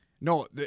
No